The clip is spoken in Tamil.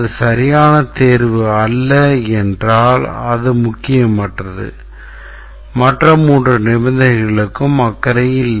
அது சரியான தேர்வு அல்ல என்றால் அது முக்கியமற்றது மற்ற மூன்று நிபந்தனைகளுக்கும் அக்கறை இல்லை